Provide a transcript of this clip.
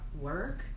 work